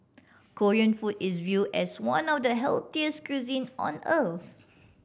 Korean food is view as one of the healthiest cuisin on earth